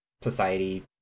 society